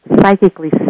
psychically